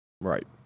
Right